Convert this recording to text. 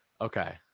Okay